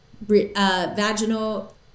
vaginal